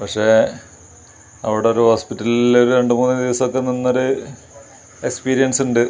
പക്ഷേ അവിടെ ഒരു ഹോസ്പിറ്റലിൽ രണ്ട് മൂന്ന് ദിവസം ഒക്കെ നിന്നൊര് എക്സ്പീരിയൻസുണ്ട്